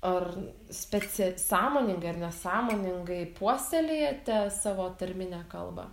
ar specia sąmoningai ar nesąmoningai puoselėjate savo tarminę kalbą